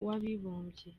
w’abibumbye